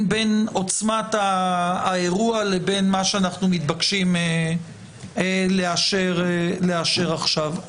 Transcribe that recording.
עוצמת האירוע לבין מה שאנחנו מתבקשים לאשר עכשיו.